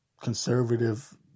conservative